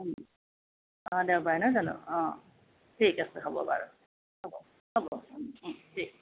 অহা দেওবাৰে নহয় জানো অঁ ঠিক আছে হ'ব বাৰু হ'ব হ'ব ও ও ঠিক